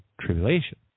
tribulation